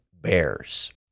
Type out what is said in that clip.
Bears